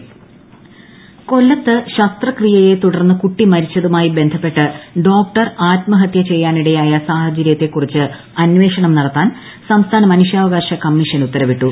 മനുഷ്യാവകാശ കമ്മീഷൻ കൊല്ലത്ത് ശസ്ത്രക്രിയയെ തുടർന്ന് കുട്ടി മരിച്ചതുമായി ബന്ധപ്പെട്ട് ഡോക്ടർ ആത്മഹത്യ ചെയ്യാനിടയായ സാഹചര്യത്തെക്കുറിച്ച് അന്വേഷണം നടത്താൻ സംസ്ഥാന മനുഷ്യാവകാശ കമ്മീഷൻ ഉത്തരവിട്ടു